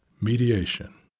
mediation.